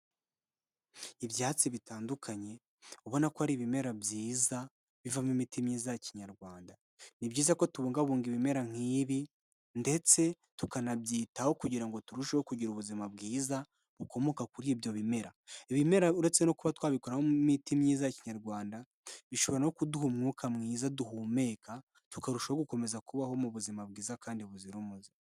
Ibyatsi bitandukanye ubona ko ari ibimera byiza bivamo imiti myiza ya kinyarwanda, ni byiza ko tubungabunga ibimera nk'ibi ndetse tukanabyitaho kugira ngo turusheho kugira ubuzima bwiza bukomoka kuri ibyo bimera, ibimera uretse no kuba twabikoramo imiti myiza ya kinyarwanda bishobora no kuduha umwuka mwiza duhumeka tukarusha gukomeza kubaho mu buzima bwiza kandi buzira umuze.